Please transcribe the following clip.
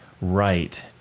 right